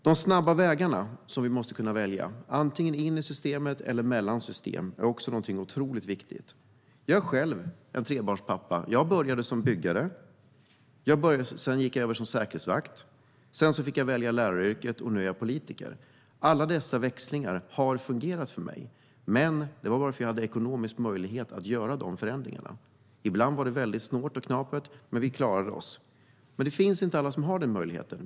De snabba vägar vi måste kunna välja, antingen det är in i systemet eller mellan system, är också någonting otroligt viktigt. Jag är trebarnspappa, och jag började som byggare. Efter det gick jag över till att bli säkerhetsvakt, sedan fick jag välja läraryrket och nu är jag politiker. Alla dessa växlingar har fungerat för mig, men det var bara för att jag hade ekonomisk möjlighet att göra de förändringarna. Ibland var det väldigt svårt och knapert, men vi klarade oss. Alla har dock inte den möjligheten.